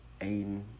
Aiden